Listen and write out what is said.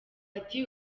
ati